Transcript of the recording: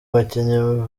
bakinnyi